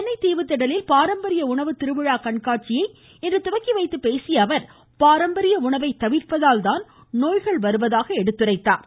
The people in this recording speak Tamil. சென்னை தீவுத்திடலில் பாரம்பரிய உணவுத்திருவிழா கண்காட்சியை இன்று தொடங்கி வைத்து பேசிய அவர் பாரம்பரிய உணவை தவிர்ப்பதால்தான் நோய்கள் வருவதாக குறிப்பிட்டார்